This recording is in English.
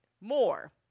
more